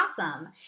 awesome